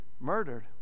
murdered